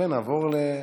ואף אחד לא יכול לדאוג